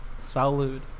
Salud